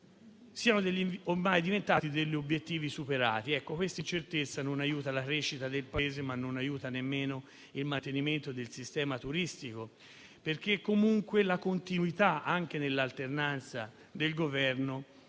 siano ormai diventati obiettivi superati. Ecco, questa incertezza non aiuta la crescita del Paese, ma nemmeno il mantenimento del sistema turistico, perché comunque la continuità, anche nell'alternanza del Governo,